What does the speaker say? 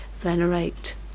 venerate